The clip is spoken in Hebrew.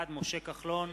בעד משה כחלון,